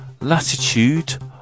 latitude